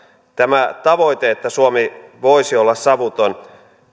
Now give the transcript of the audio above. tämä tavoite että suomi voisi olla savuton